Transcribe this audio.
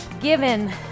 given